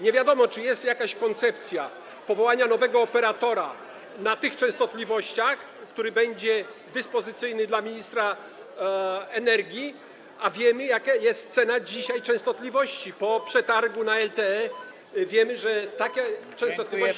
Nie wiadomo, czy jest jakaś koncepcja powołania nowego operatora na tych częstotliwościach, który będzie dyspozycyjny dla ministra energii, a wiemy, jaka jest cena dzisiaj częstotliwości, po przetargu na LTE wiemy, że takie częstotliwości.